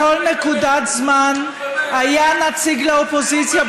בכל נקודת זמן היה נציג לאופוזיציה,